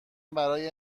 برای